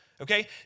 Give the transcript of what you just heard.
okay